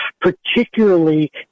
particularly